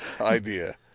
idea